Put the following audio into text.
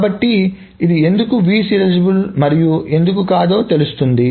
కాబట్టి ఇది ఎందుకు వీక్షణ సీరియలైజబుల్ మరియు ఎందుకు కాదో తెలుస్తుంది